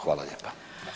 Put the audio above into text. Hvala lijepa.